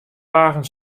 dagen